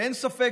אין ספק